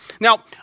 Now